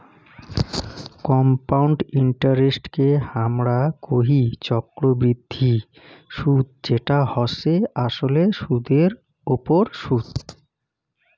compound ইন্টারেস্টকে হামরা কোহি চক্রবৃদ্ধি সুদ যেটা হসে আসলে সুদের ওপর সুদ